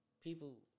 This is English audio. people